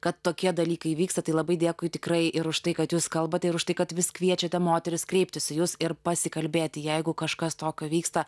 kad tokie dalykai vyksta tai labai dėkui tikrai ir už tai kad jūs kalbate ir už tai kad vis kviečiate moteris kreiptis į jus ir pasikalbėti jeigu kažkas tokio vyksta